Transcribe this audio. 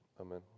amen